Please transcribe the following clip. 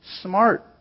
smart